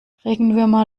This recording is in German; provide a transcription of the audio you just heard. regenwürmer